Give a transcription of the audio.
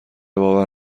باور